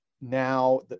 now